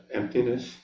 emptiness